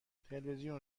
تلویزیون